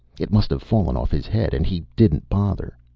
it must have fallen off his head. and he didn't bother.